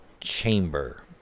chamber